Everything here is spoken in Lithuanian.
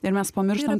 ir mes pamirštam